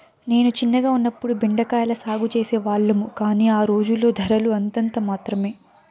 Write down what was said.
నేను చిన్నగా ఉన్నప్పుడు బెండ కాయల సాగు చేసే వాళ్లము, కానీ ఆ రోజుల్లో ధరలు అంతంత మాత్రమె